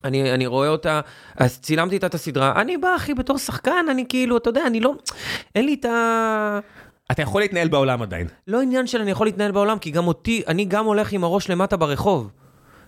אני... אני רואה אותה. אז צילמתי אתה את הסדרה, אני בא, אחי, בתור שחקן, אני כאילו, אתה יודע, אני לא... אין לי את ה... - אתה יכול להתנהל בעולם עדיין. - לא עניין שאני יכול להתנהל בעולם, כי גם אותי, אני גם הולך עם הראש למטה ברחוב.